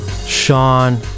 Sean